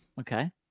Okay